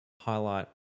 highlight